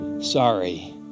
sorry